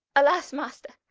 alas master,